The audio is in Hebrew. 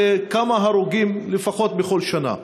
זה כמה הרוגים לפחות בכל שנה.